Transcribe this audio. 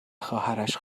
خواهرش